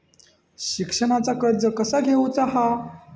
शिक्षणाचा कर्ज कसा घेऊचा हा?